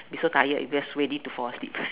be so tired you just ready to fall asleep